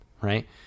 Right